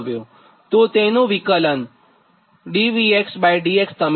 તો તેનું વિકલનdVxdx તમે લો